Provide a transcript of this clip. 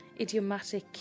idiomatic